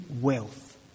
wealth